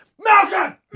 Malcolm